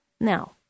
Now